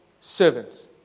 servants